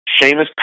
Seamus